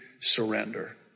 surrender